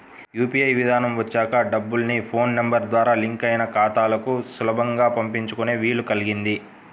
UPI విధానం వచ్చాక డబ్బుల్ని ఫోన్ నెంబర్ ద్వారా లింక్ అయిన ఖాతాలకు సులభంగా పంపించుకునే వీలు కల్గింది